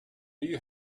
you